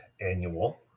annual